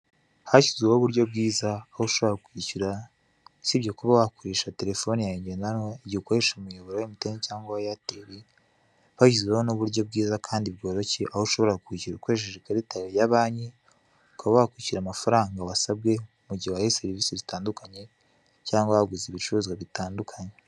Hashyizweho uburyo bwiza aho ushobora kwishura usibye kuba wakoresha terefone yawe ngendanwa igihe ukoresha umuyoboro wa emutiyene cyangwa eyateri. bashyizeho n'uburyo bwiza kandi bworoshye aho ushobora kubishyura ukoresheje ikarita yawe ya banki ukaba wakwishyura amafaranga wasabwe mu gihe uhawe serivise zitandukanye cyangwa waguze ibicuruzwa bitandukanye.